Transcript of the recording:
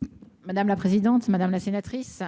déléguée. Madame la sénatrice,